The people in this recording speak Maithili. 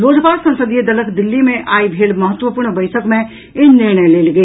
लोजपा संसदीय दलक दिल्ली मे आई भेल महत्वपूर्ण बैसक मे ई निर्णय लेल गेल